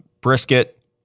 brisket